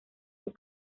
sus